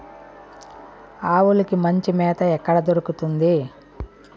ఆవులకి మంచి మేత ఎక్కడ దొరుకుతుంది?